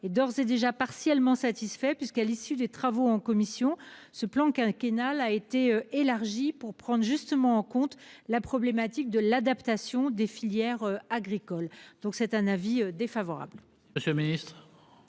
est d'ores et déjà partiellement satisfait puisqu'à l'issue des travaux en commission ce plan quinquennal a été élargie, pour prendre justement en compte la problématique de l'adaptation des filières agricoles, donc c'est un avis défavorable.